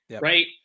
right